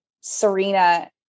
Serena